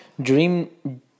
Dream